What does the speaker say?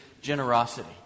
generosity